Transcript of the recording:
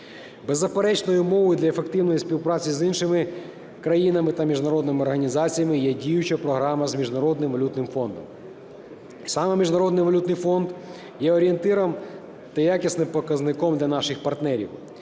Беззаперечною умовою для ефективної співпраці з іншими країнами та міжнародними організаціями є діюча програма з Міжнародним валютним фондом. Саме Міжнародний валютний фонд є орієнтиром та якісним показником для наших партнерів.